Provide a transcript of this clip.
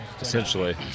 Essentially